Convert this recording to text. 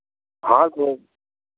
हाँ तो